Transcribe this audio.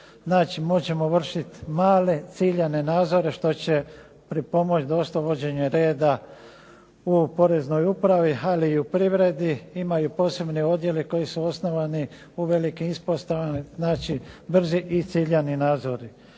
ćemo vršit male ciljane nadzore što će pripomoći dosta uvođenje reda u poreznoj upravi, ali i u privredi. Imaju posebni odjeli koji su osnovani u velikim ispostavama, znači brzi i ciljani nadzori.